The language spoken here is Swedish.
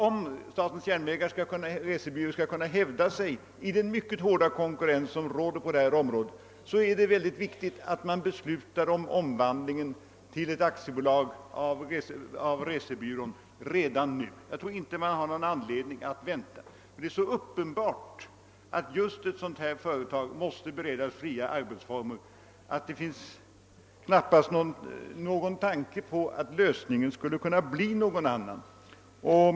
Om statens järnvägars resebyrå skall kunna: hävda sig i den mycket hårda konkurrens som råder på detta område är det mycket viktigt att man beslutar om omvandling till aktiebolag av resebyrån redan nu. Jag tror inte man har någon anledning att vänta; det är så uppenbart att just ett sådant här företag måste beredas fria arbetsmöjligheter att lösningen knappast kan bli någon annan.